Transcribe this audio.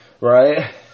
Right